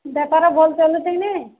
ବେପାର ଭଲ ଚାଲୁଛି କି ନାଇ